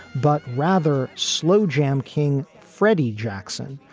but rather slow jam king, freddie jackson,